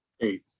Eight